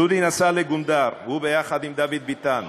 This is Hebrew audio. דודי נסע לגונדר, הוא, יחד עם דוד ביטן,